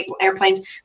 airplanes